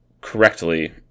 correctly